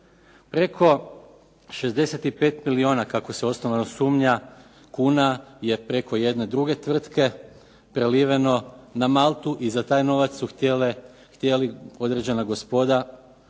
Preko 65 milijuna kako se osnovano sumnja kuna je preko jedne druge tvrtke preliveno na Maltu i za taj novac su htjeli određena gospoda